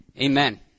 Amen